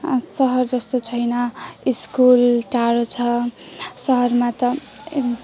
सहर जस्तो छैन स्कुल टाढो छ सहरमा त